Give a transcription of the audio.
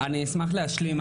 אני אשמח להשלים.